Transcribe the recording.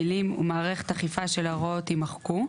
המילים "ומערכת אכיפה של ההוראות" יימחקו,